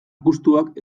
gustuak